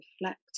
Reflect